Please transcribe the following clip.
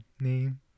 name